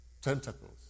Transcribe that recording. tentacles